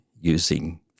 using